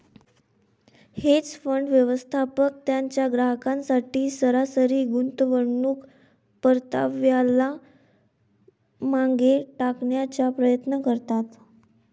hedge fund, व्यवस्थापक त्यांच्या ग्राहकांसाठी सरासरी गुंतवणूक परताव्याला मागे टाकण्याचा प्रयत्न करतात